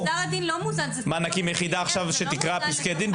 עכשיו יחידה שתקרא פסקי דין?